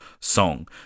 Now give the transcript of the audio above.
song